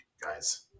guys